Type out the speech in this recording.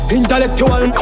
Intellectual